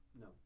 No